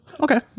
okay